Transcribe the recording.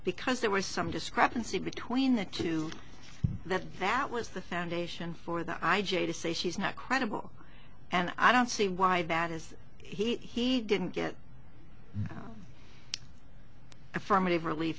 because there was some discrepancy between the two that that was the foundation for the i j a to say she's not credible and i don't see why that is he didn't get affirmative relief